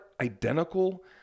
identical